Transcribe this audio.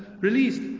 released